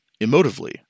emotively